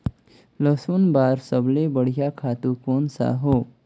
लसुन बार सबले बढ़िया खातु कोन सा हो?